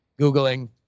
Googling